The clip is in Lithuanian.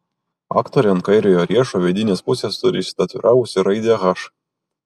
aktorė ant kairiojo riešo vidinės pusės turi išsitatuiravusi raidę h